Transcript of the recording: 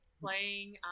playing